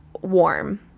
warm